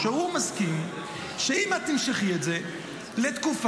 שהוא מסכים שאם את תמשכי את זה לתקופה,